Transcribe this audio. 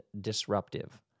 disruptive